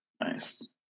Nice